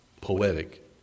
poetic